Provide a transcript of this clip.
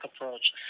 approach